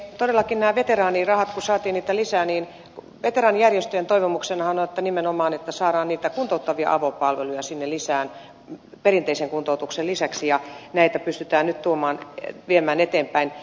todellakin kun saatiin näitä veteraanirahoja lisää niin veteraanijärjestöjen toivomuksenahan on että nimenomaan saamme kuntouttavia avopalveluja sinne lisää perinteisen kuntoutuksen lisäksi ja näitä pystytään nyt viemään eteenpäin